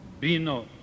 Bino